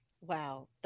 Wow